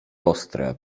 ostre